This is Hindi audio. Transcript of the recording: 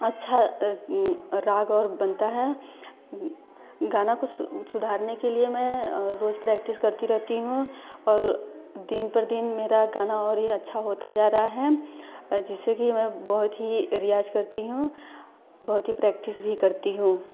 अच्छा राग वाग बनता है गाने को सुधारने के लिए मैं रोज़ प्रैक्टिस करती रहती हूँ और दिन पर दिन मेरा गाना और ही अच्छा होता जा रहा है जिससे कि मैं बहुत ही रियाज़ करती हूँ बहुत ही प्रैक्टिस भी करती हूँ